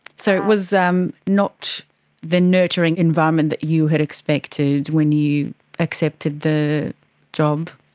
so it was um not the nurturing environment that you had expected when you accepted the job?